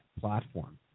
platform